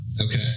Okay